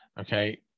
okay